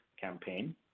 campaign